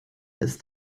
ist